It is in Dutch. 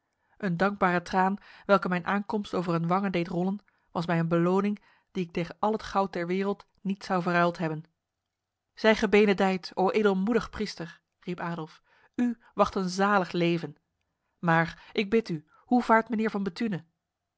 een dankbare traan welke mijn aankomst over hun wangen deed rollen was mij een beloning die ik tegen al het goud der wereld niet zou verruild hebben zij gebenedijd o edelmoedig priester riep adolf u wacht een zalig leven maar ik bid u hoe vaart mijnheer van bethune